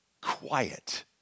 quiet